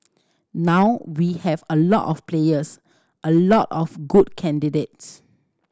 now we have a lot of players a lot of good candidates